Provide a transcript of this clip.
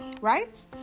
right